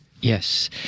Yes